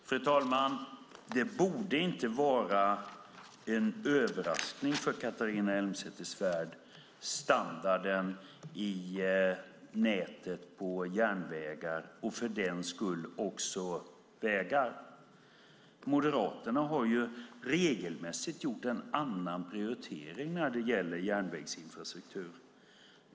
Fru talman! Standarden i nätet på järnvägar och för den skull också vägar borde inte vara en överraskning för Catharina Elmsäter-Svärd. Moderaterna har regelmässigt gjort en annan prioritering när det gäller järnvägsinfrastruktur.